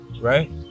Right